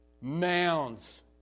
mounds